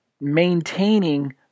maintaining